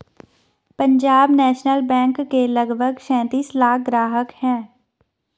Punjab National Bank के लगभग सैंतीस लाख ग्राहक हैं